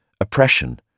oppression